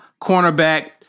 cornerback